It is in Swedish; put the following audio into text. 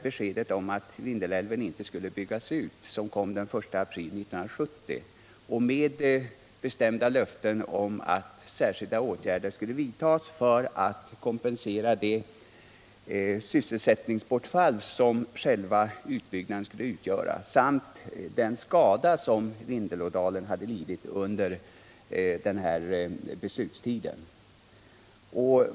Beskedet om att Vindelälven inte skulle byggas ut kom den 1 april 1970, och det gavs då bestämda löften om att särskilda åtgärder skulle vidtas för att delådalen kompensera dels det sysselsättningsbortfall som uteblivandet av själva utbyggnaden skulle medföra, dels den skada som Vindelådalen lidit under beslutstiden.